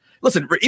listen